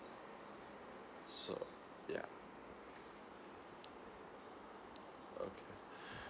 so yeah okay